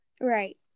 Right